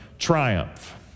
Triumph